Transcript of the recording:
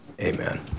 Amen